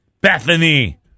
Bethany